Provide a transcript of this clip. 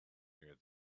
near